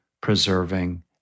preserving